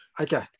okay